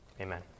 Amen